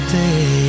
day